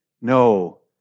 No